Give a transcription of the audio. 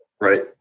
Right